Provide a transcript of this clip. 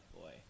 boy